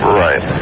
right